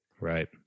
Right